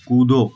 कूदो